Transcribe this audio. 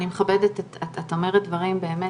את אומרת דברים באמת,